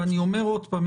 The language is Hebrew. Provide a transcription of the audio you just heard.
אני אומר עוד פעם,